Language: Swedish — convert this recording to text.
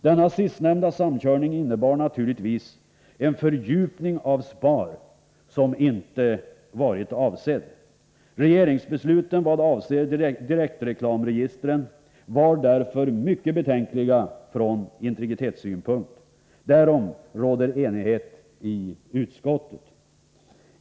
Denna sistnämnda samkörning innebar naturligtvis en fördjupning av SPAR, som inte varit avsedd. Regeringsbesluten vad avser direktreklamregistren var därför mycket betänkliga från integritetssynpunkt. Därom råder enighet i utskottet.